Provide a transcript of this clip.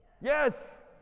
Yes